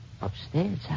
Upstairs